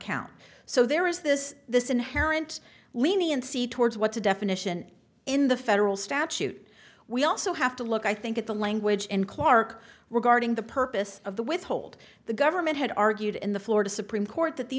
count so there is this this inherent lenient see towards what the definition in the federal statute we also have to look i think at the language in clark regarding the purpose of the withhold the government had argued in the florida supreme court that the